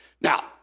Now